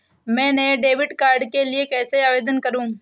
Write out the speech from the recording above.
मैं नए debit card के लिए कैसे आवेदन करूं?